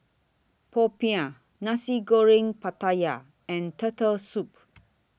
Popiah Nasi Goreng Pattaya and Turtle Soup